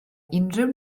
unrhyw